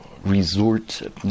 resort